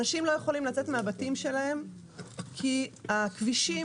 אנשים לא יכולים לצאת מהבתים שלהם כי הכבישים,